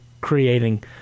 creating